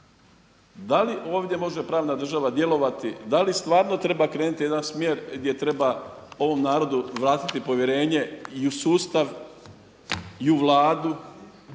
da li ovdje može pravna država djelovati, da li stvarno treba krenuti u jedan smjer gdje treba ovom narodu vratiti povjerenje i u sustav, i u Vladu